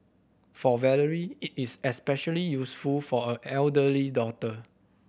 for Valerie this is especially useful for her elder daughter